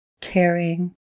caring